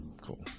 cool